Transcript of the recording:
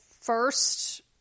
first